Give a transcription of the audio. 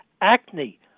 acne